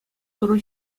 тӑру